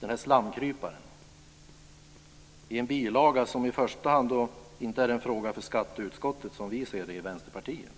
denna slamkrypare i en bilaga som i första hand inte är en fråga för skatteutskottet, som vi ser det i Vänsterpartiet.